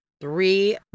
three